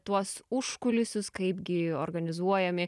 tuos užkulisius kaipgi organizuojami